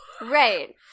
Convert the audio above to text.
Right